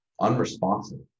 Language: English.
unresponsive